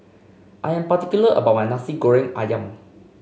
I'm particular about my Nasi Goreng ayam